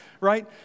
right